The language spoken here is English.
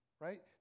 right